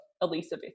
Elisa